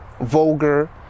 vulgar